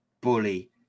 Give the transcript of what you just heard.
bully